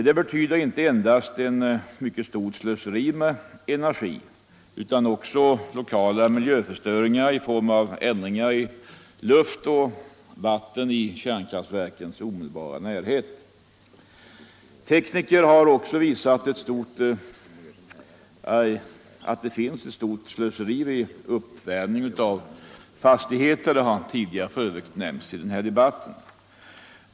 Detta betyder inte endast ett mycket stort slöseri med energi utan också lokala miljöförstöringar i form av förändringar i luft och vatten i kärnkraftverkens omedelbara närhet. Tekniker har också visat att det finns ett stort slöseri vid uppvärmningen av fastigheter — det har f. ö. nämnts tidigare i denna debatt.